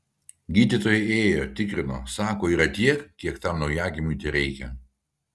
gydytojai ėjo tikrino sako yra tiek kiek tam naujagimiui tereikia